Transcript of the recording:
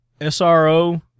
SRO